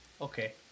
okay